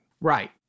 Right